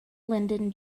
lyndon